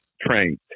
trained